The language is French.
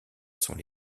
sont